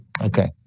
Okay